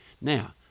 Now